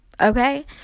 Okay